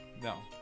No